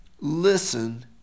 listen